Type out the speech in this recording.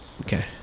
okay